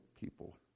people